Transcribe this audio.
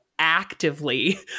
actively